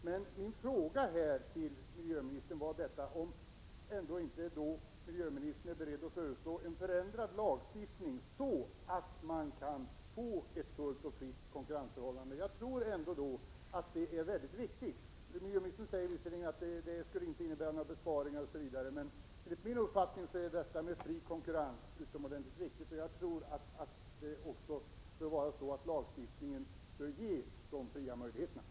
Men min fråga till miljöministern var om miljöministern inte är beredd att föreslå en förändrad lagstiftning, så att vi kan få ett fullt och fritt konkurrensförhållande. Jag tror att det är mycket viktigt. Miljöministern säger visserligen att det inte skulle innebära några besparingar osv., men enligt min uppfattning är detta med fri konkurrens utomordentligt viktigt, och jag tycker att lagstiftningen bör ge de möjligheterna.